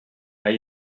are